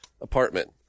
apartment